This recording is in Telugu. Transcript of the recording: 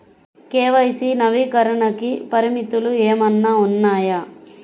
కే.వై.సి నవీకరణకి పరిమితులు ఏమన్నా ఉన్నాయా?